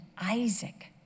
Isaac